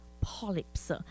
polyps